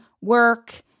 work